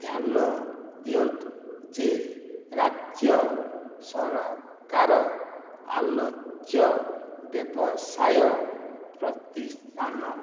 ଧ୍ୟାନ ଦିଅନ୍ତୁ ଯେ ରାଜ୍ୟ ସରକାର ଆଲୋଚ ବ୍ୟବସାୟ ପ୍ରତିଷ୍ଠାନ